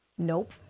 Nope